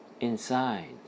inside